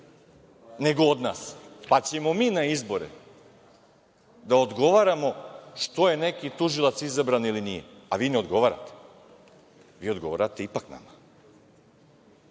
nego od nas, pa ćemo mi na izbore, da odgovaramo što je neki tužilac izabran ili nije, a vi ne odgovarate. Vi odgovarate ipak nama,